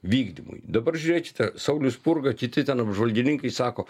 vykdymui dabar žiūrėkite saulius spurga kiti ten apžvalgininkai sako